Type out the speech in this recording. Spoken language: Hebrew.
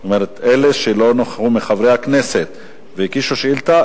אלה שלא נכחו מחברי הכנסת והגישו שאילתא,